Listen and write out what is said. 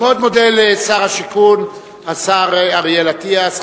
אני מאוד מודה לשר השיכון השר אריאל אטיאס,